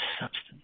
substance